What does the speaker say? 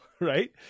right